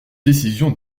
décision